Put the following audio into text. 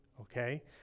okay